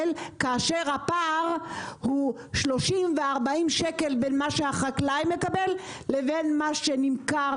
כאשר הפער הוא 30 ו-40 שקל בין מה שהחקלאי מקבל לבין מה שנמכר